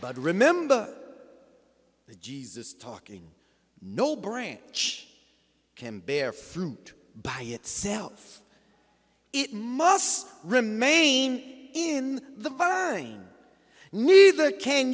but remember the jesus talking no branch can bear fruit by itself it must remain in the fine neither can